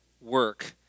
work